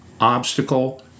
Obstacle